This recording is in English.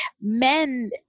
men